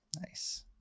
Nice